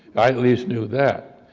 i at least knew that.